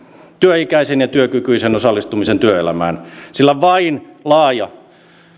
työikäisen ja työkykyisen osallistumisen työelämään sillä vain